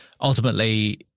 ultimately